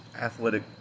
athletic